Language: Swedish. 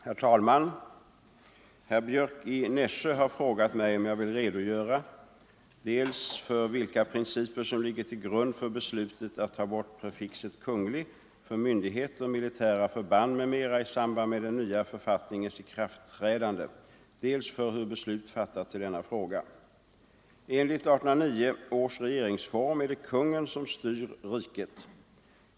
Herr talman! Herr Björck i Nässjö har frågat mig om jag vill redogöra dels för vilka principer som ligger till grund för beslutet att ta bort prefixet ”Kunglig” för myndigheter, militära förband m.m. i samband med den nya författningens ikraftträdande, dels för hur beslut fattats i denna fråga. Enligt 1809 års regeringsform är det kungen som styr riket.